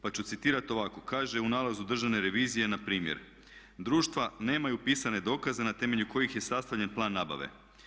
Pa ću citirati ovako, kaže u nalazu Državne revizije npr. "Društva nemaju pisane dokaze na temelju kojih je sastavljen plan nabave.